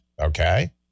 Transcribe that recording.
okay